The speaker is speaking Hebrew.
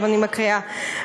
אני מקריאה,